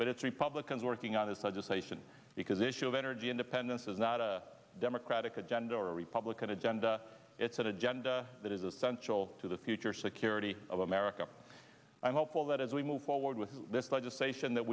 but it's republicans working out is legislation because issue of energy independence is not a democratic agenda or a republican agenda it's an agenda that is essential to the future security of america i'm hopeful that as we move forward with this legislation that